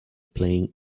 playing